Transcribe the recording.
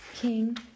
king